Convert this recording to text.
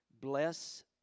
bless